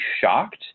shocked